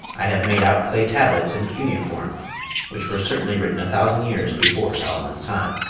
i have made out clay tablets in cuneiform which were certainly written a thousand years before solomon's time.